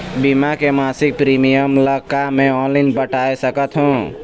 बीमा के मासिक प्रीमियम ला का मैं ऑनलाइन पटाए सकत हो?